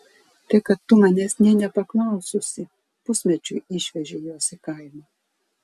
tai kad tu manęs nė nepaklaususi pusmečiui išvežei juos į kaimą